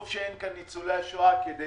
טוב שאין כאן ניצולי השואה כדי